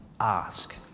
ask